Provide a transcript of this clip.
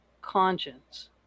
conscience